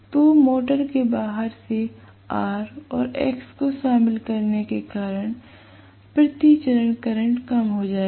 तो मोटर के बाहर से R और X को शामिल करने के कारण प्रति चरण करंट कम हो जाएगा